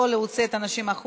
או להוציא את האנשים החוצה,